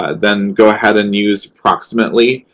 ah then go ahead and use approximately.